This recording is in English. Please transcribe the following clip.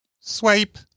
swipe